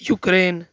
Ukraine